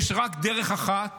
יש רק דרך אחת